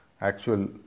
actual